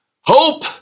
Hope